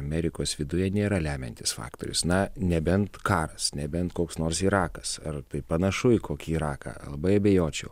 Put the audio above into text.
amerikos viduje nėra lemiantis faktorius na nebent karas nebent koks nors irakas ar tai panašu į kokį iraką labai abejočiau